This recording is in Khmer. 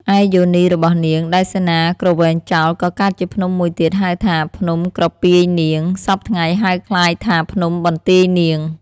ឯយោនីរបស់នាង ដែលសេនាគ្រវែងចោល ក៏កើតជាភ្នំមួយទៀត ហៅថា ភ្នំក្រពាយនាង (សព្វថ្ងៃហៅក្លាយថា ភ្នំបន្ទាយនាង)។